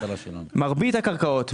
מרבית הקרקעות,